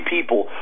people